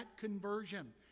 conversion